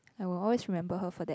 I was always remember her for that